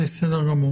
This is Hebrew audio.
בסדר.